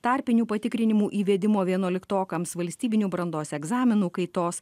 tarpinių patikrinimų įvedimo vienuoliktokams valstybinių brandos egzaminų kaitos